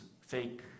fake